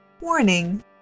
Warning